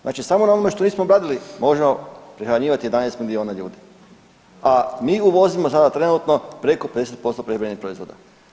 Znači, samo na onome što nismo obradili možemo prehranjivati 11 milijuna ljudi, a mi uvozimo sada trenutno preko 50% prehrambenih proizvoda.